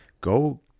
Go